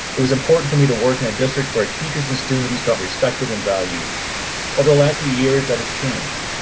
it was important for me to work in a district where teachers and students got respected and valued over the last few years that is changed.